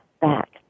back